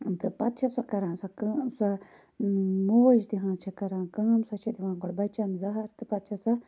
پَتہٕ چھِ سۄ کَران سۄ کٲم سۄ موج تِہٕنٛز چھِ کَران کٲم سۄ چھےٚ دِوان گۄڈٕ بَچَن زَہَر پَتہٕ چھَ سۄ